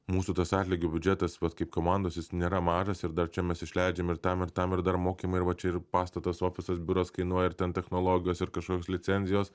mūsų tas atlygio biudžetas vat kaip komandos jis nėra mažas ir dar čia mes išleidžiam ir tam ir tam ir dar mokymai ir va čia ir pastatas ofisas biuras kainuoja ir ten technologijos ir kažkokios licenzijos